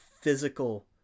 physical